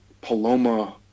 Paloma